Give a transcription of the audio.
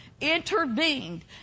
intervened